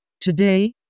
Today